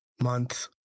month